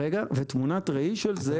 ותמונת ראי של זה